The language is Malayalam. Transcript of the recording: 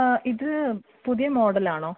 ഇത് പുതിയ മോഡൽ ആണോ